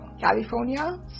California